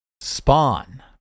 Spawn